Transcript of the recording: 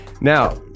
Now